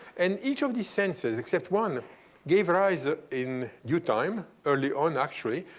and each of these senses except one gave rise ah in due time, early on actually,